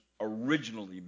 originally